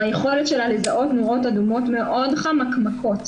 היכולת שלה לזהות נורות אדומות מאוד חמקמקות,